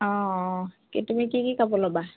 অঁ অঁ কি তুমি কি কি কাপোৰ ল'বা